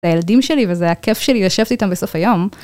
זה הילדים שלי וזה הכיף שאני יושבת איתם בסוף היום.